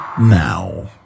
now